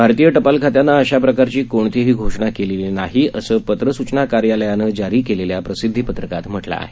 भारतील टपाल खात्यानं अशा प्रकारची कोणतीही घोषणा केलेली नाही असं पत्र सूचना कार्यालयानं जारी केलल्या प्रसिद्धीपत्रकात म्हटलं आहे